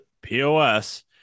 POS